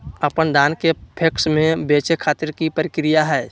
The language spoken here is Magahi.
अपन धान के पैक्स मैं बेचे खातिर की प्रक्रिया हय?